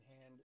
hand